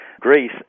Greece